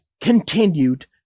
continued